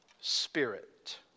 spirit